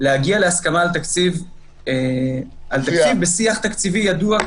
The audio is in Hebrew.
להגיע להסכמה על תקציב בשיח תקציבי ידוע,